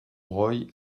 breuil